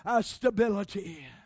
stability